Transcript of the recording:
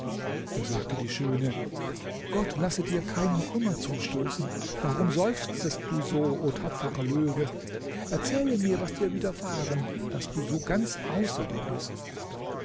da sagte die schöne gott lasse dir keinen kummer zustoßen warum seufzest du so o tapferer löwe erzähle mir was dir widerfahren daß du so ganz außer dir bist